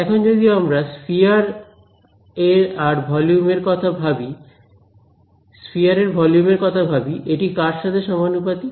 এখন যদি আমরা স্পিয়ার এর ভলিউম এর কথা ভাবি এটি কার সাথে সমানুপাতিক